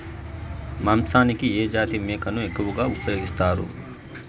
మాంసానికి ఏ జాతి మేకను ఎక్కువగా ఉపయోగిస్తారు?